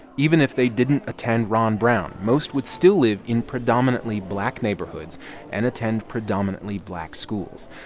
even if they didn't attend ron brown, most would still live in predominantly black neighborhoods and attend predominantly black schools.